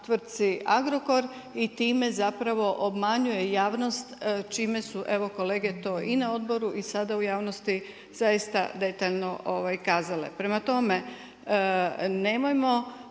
tvrtci Agrokor i time obmanjuje javnost, čime su to kolege i na odboru i sada u javnosti zaista detaljno kazale. Prema tome, nemojmo